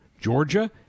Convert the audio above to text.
Georgia